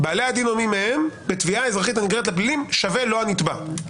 "בעלי הדין או מי מהם בתביעה אזרחית הנגררת לפלילים" שווה לא הנפגע.